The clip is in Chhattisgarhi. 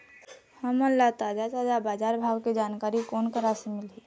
हमन ला ताजा ताजा बजार भाव के जानकारी कोन करा से मिलही?